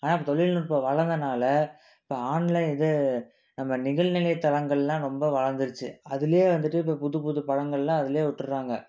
ஆனால் இப்போ தொழில்நுட்பம் வளர்ந்தனால இப்போ ஆன்லைன் இது நம்ம நிகழ்நிலைத்தளங்கள்லாம் நொம்ப வளர்ந்துருச்சி அதில் வந்துட்டு இப்போ புது புது படங்கள்லாம் அதில் விட்டுறாங்க